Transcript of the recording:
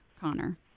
Connor